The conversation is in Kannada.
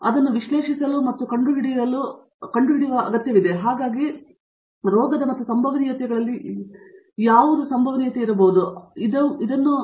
ಆದ್ದರಿಂದ ವಿಶ್ಲೇಷಿಸಲು ಮತ್ತು ಕಂಡುಹಿಡಿಯಲು ಹೊರತು ಇದು ಅಗತ್ಯವಿದೆ ಹಾಗಾಗಿ ರೋಗದ ಮತ್ತು ಸಂಭವನೀಯತೆಗಳಲ್ಲಿ ಯಾವುದು ಸಂಭವನೀಯತೆಗಳು ಆಗಿರಬಹುದು ಆದ್ದರಿಂದ ಅವುಗಳು ಹೊಸದಾದವುಗಳಾಗಿವೆ